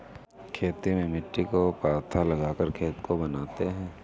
खेती में मिट्टी को पाथा लगाकर खेत को बनाते हैं?